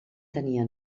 tenia